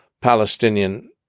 Palestinian